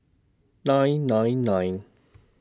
nine nine nine